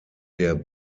der